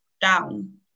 down